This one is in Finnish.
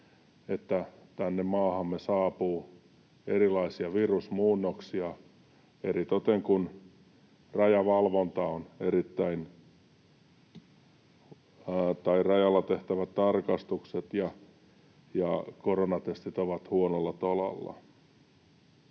että tänne maahamme saapuu erilaisia virusmuunnoksia, eritoten kun rajalla tehtävät tarkastukset ja koronatestit ovat huonolla tolalla.